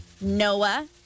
Noah